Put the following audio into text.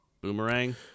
boomerang